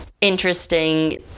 interesting